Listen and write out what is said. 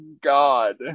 God